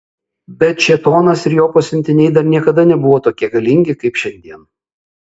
bet šėtonas ir jo pasiuntiniai dar niekada nebuvo tokie galingi kaip šiandien